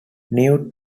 new